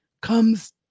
comes